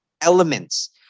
elements